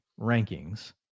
rankings